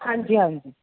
हांजी हांजी